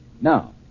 Now